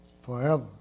forever